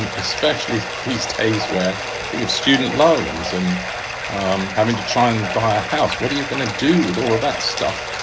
and especially these days where think of student loans and um having to try and buy a house. what are you going to do with all of that stuff?